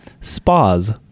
spas